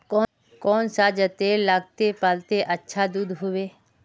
कौन सा जतेर लगते पाल्ले अच्छा दूध होवे?